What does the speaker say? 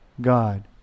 God